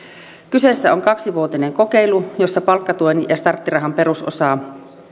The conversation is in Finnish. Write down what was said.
kyseessä on kaksivuotinen kokeilu jossa palkkatuen ja starttirahan perusosaa